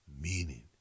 meaning